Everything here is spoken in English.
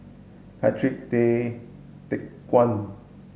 Patrick Tay Teck Guan